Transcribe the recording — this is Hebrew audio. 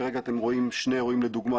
כרגע אתם רואים שני אירועים לדוגמה,